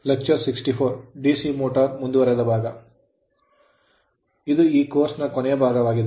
ಇದು ಈ course course ನ ಕೊನೆಯ ಭಾಗವಾಗಿದೆ